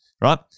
right